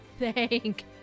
Thank